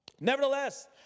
Nevertheless